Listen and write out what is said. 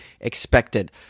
expected